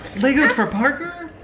legos for parker?